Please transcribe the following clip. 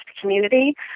community